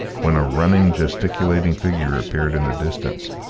when a running, gesticulating figure appeared in the distance,